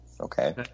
okay